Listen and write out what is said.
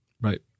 Right